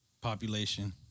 population